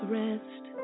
rest